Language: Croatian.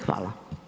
Hvala.